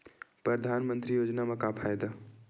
परधानमंतरी योजना म का फायदा?